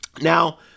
Now